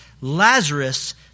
Lazarus